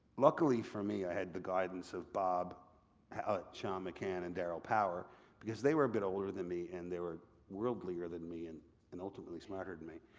luckily for me, i had the guidance of but ah sean mccann and darrell power because they were a bit older than me and they were worldlier than me and and ultimately smarter than me,